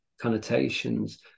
connotations